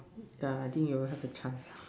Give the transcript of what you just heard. uh I think you'll have a chance lah